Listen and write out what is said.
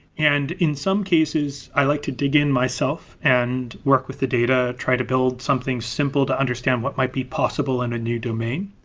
and in some cases, i like to dig in myself and work with the data and try to build something simple to understand what might be possible in a new domain.